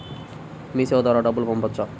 మీసేవ ద్వారా డబ్బు పంపవచ్చా?